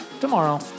tomorrow